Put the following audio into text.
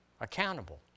accountable